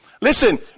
Listen